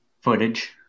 footage